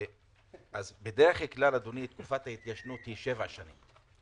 בדרך כלל תקופת ההתיישנות היא שבע שנים.